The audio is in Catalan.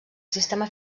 sistema